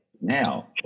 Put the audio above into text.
Now